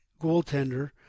goaltender